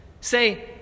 say